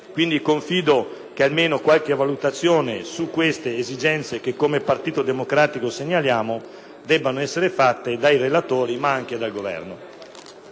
io confido che qualche valutazione su queste esigenze che, come Partito Democratico, segnaliamo debba essere fatta dai relatori, ma anche dal Governo.